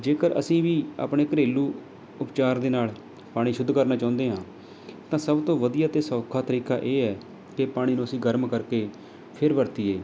ਜੇਕਰ ਅਸੀਂ ਵੀ ਆਪਣੇ ਘਰੇਲੂ ਉਪਚਾਰ ਦੇ ਨਾਲ਼ ਪਾਣੀ ਸ਼ੁੱਧ ਕਰਨਾ ਚਾਹੁੰਦੇ ਹਾਂ ਤਾਂ ਸਭ ਤੋਂ ਵਧੀਆ ਅਤੇ ਸੌਖਾ ਤਰੀਕਾ ਇਹ ਹੈ ਕਿ ਪਾਣੀ ਨੂੰ ਅਸੀਂ ਗਰਮ ਕਰਕੇ ਫਿਰ ਵਰਤੀਏ